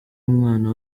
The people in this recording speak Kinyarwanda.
mwana